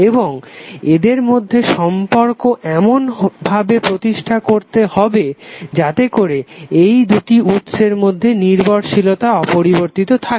এবং এদের মধ্যে সম্পর্ক এমন ভাবে প্রতিষ্ঠা করতে হবে যাতে করে এই দুটি উৎসের মধ্যে নির্ভরশীলতা অপরিবর্তিত থাকে